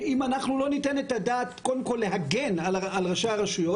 ואם אנחנו לא ניתן את הדעת קודם כל להגן על ראשי הרשויות,